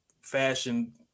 fashion